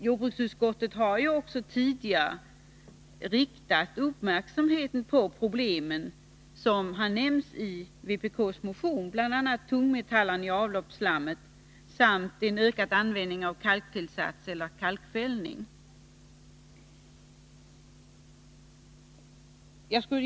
Jordbruksutskottet har ju också tidigare riktat uppmärksamheten på de problem som har nämnts i vpk:s motion, bl.a. tungmetallerna i avloppsslammet och en ökad användning av kalktillsatser eller kalkfällning.